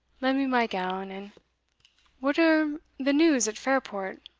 lend me my gown. and what are the news at fairport?